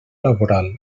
laboral